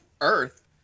earth